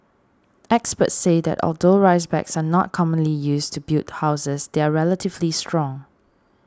experts say that although rice bags are not commonly used to build houses they are relatively strong